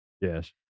Yes